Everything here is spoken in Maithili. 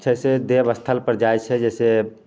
जे छै से देव स्थल पर जाइत छै जैसे